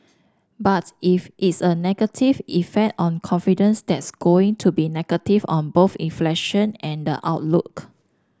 but if it's a negative effect on confidence that's going to be negative on both inflation and the outlook